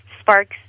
sparks